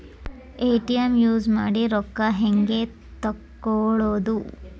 ATM use ಮಾಡಿ ರೊಕ್ಕ ಹೆಂಗೆ ತಕ್ಕೊಳೋದು?